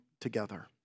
together